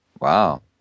Wow